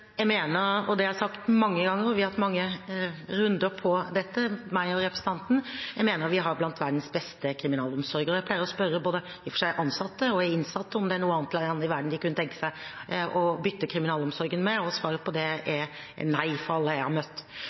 Jeg mener – og det har jeg sagt mange ganger, vi har hatt mange runder på dette, jeg og representanten – at vi har blant verdens beste kriminalomsorger. Jeg pleier å spørre både i og for seg ansatte og innsatte om det er noe annet land i verden de kunne tenke seg å bytte kriminalomsorg med, og svaret på det er nei fra alle jeg har møtt.